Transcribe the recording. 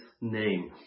name